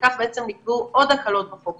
ובכך בעצם נקבעו עוד הקלות בחוק.